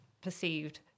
perceived